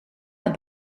naar